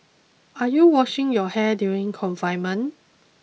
are you washing your hair during confinement